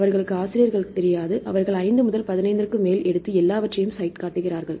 அவர்களுக்கு ஆசிரியர்களைத் தெரியாது அவர்கள் 5 15 க்கு மேல் எடுத்து எல்லாவற்றையும் சைட் காட்டுகிறார்கள்